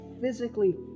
physically